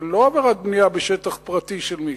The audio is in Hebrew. זה לא עבירת בנייה בשטח פרטי של מישהו.